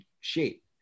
shape